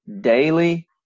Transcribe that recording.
daily